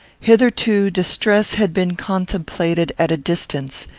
hitherto distress had been contemplated at a distance,